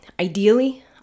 ideally